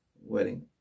wedding